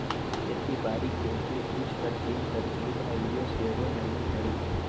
खेती बारिके के कुछ प्राचीन तरकिब आइयो सेहो नामी हइ